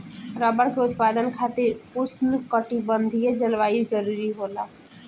rubber के उत्पादन खातिर उष्णकटिबंधीय जलवायु जरुरी होला